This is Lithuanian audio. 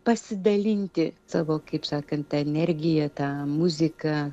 pasidalinti savo kaip sakant energija ta muzika